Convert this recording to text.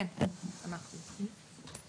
כן, אנחנו.